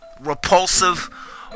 repulsive